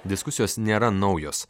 diskusijos nėra naujos